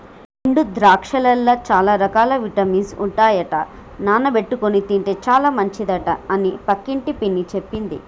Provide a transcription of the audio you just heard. ఎండు ద్రాక్షలల్ల చాల రకాల విటమిన్స్ ఉంటాయట నానబెట్టుకొని తింటే చాల మంచిదట అని పక్కింటి పిన్ని చెప్పింది